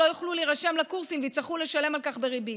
לא יוכלו להירשם לקורסים ויצטרכו לשלם על כך בריבית.